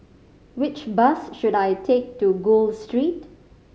which bus should I take to Gul Street